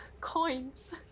coins